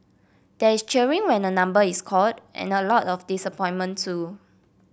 there is cheering when a number is called and a lot of disappointment too